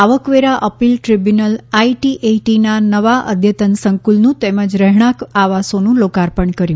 આવકવેરા appeal tribunal આઇટીએટીના નવા અદ્યતન સંક્રલનું તેમજ રહેણાંક આવાસોનું લોકાર્પણ કર્યું